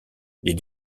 des